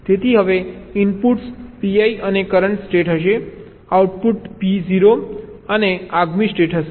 તેથી હવે inputs PI અને કરંટ સ્ટેટ હશે આઉટપુટ PO અને આગામી સ્ટેટ હશે